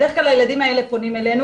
בדרך כלל הילדים האלה פונים אלינו.